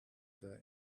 the